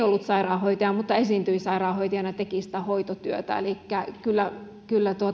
ollut sairaanhoitaja mutta esiintyi sairaanhoitajana teki hoitotyötä elikkä kyllä kyllä